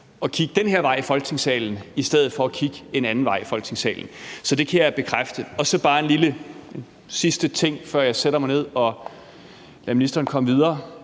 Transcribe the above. og kigge den vej i Folketingssalen i stedet for at kigge en anden vej i Folketingssalen. Så det kan jeg bekræfte. Så vil jeg bare sige en sidste lille ting, før jeg sætter mig ned og lader ministeren komme videre,